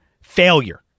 failure